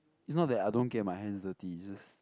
it's not that I don't get my hands dirty it's just